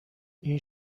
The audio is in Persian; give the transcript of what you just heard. این